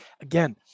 again